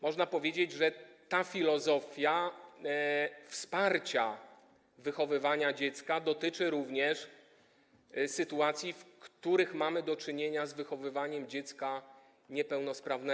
Można powiedzieć, że ta filozofia wsparcia wychowywania dziecka dotyczy również sytuacji, w której mamy do czynienia z wychowywaniem dziecka niepełnosprawnego.